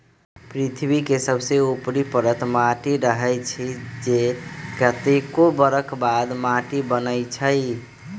पृथ्वी के सबसे ऊपरी परत माटी रहै छइ जे कतेको बरख बाद माटि बनै छइ